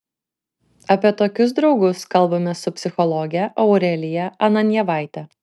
apie tokius draugus kalbamės su psichologe aurelija ananjevaite